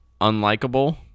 unlikable